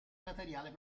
materiale